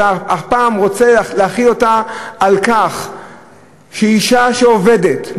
אתה הפעם רוצה להחיל אותה כך שאישה שעובדת,